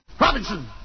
Robinson